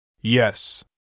Yes